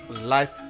life